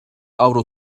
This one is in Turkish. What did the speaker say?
avro